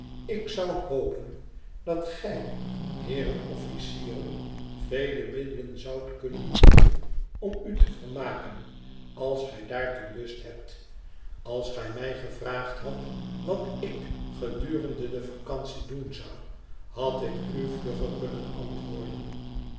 ik zou hopen dat gij heeren officieren vele middelen zoudt kunnen vinden om u te vermaken als gij daartoe lust hebt als gij mij gevraagd hadt wat ik gedurende de vacantie doen zou had ik u vlugger kunnen antwoorden